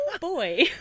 Boy